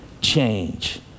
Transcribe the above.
change